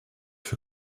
für